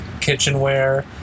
kitchenware